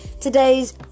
today's